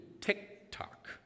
TikTok